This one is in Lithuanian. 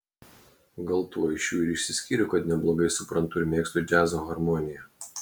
gal tuo iš jų ir išsiskyriau kad neblogai suprantu ir mėgstu džiazo harmoniją